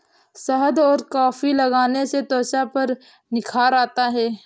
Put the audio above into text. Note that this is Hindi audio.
शहद और कॉफी लगाने से त्वचा पर निखार आता है